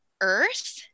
earth